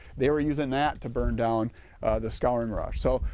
they were using that to burn down the scouring rush so.